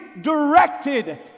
directed